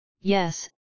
yes